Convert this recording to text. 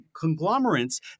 conglomerates